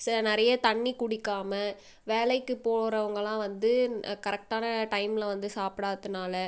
ச நிறைய தண்ணீர் குடிக்காமல் வேலைக்கு போறவங்கள்லா வந்து கரெக்ட்டான டைமில் வந்து சாப்பிடாததினால